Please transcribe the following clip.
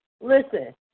Listen